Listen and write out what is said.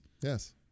Yes